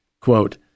quote